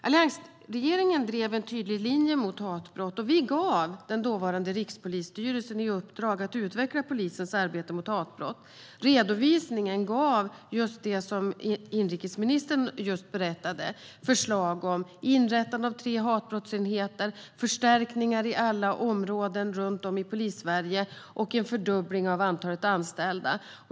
Alliansregeringen drev en tydlig linje mot hatbrott. Vi gav den dåvarande Rikspolisstyrelsen i uppdrag att utveckla polisens arbete mot hatbrott. Det resulterade i det som inrikesministern berättade, det vill säga förslag om inrättande av tre hatbrottsenheter, förstärkningar i alla områden runt om i Polissverige och en fördubbling av antalet anställda.